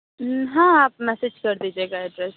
ہاں آپ میسج کر دیجیے گا ایڈریس